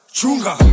Chunga